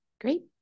great